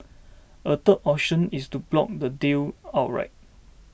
a third option is to block the deal outright